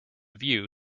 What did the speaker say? view